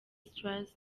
stars